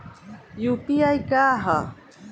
UPI का ह?